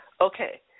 Okay